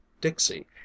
Dixie